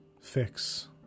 fix